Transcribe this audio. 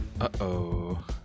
Uh-oh